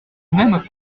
n’aime